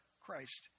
Christ